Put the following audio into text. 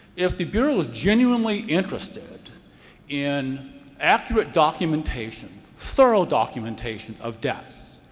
if the bureau is genuinely interested in accurate documentation, thorough documentation of debts,